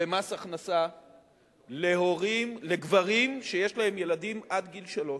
במס הכנסה לגברים שיש להם ילדים עד גיל שלוש.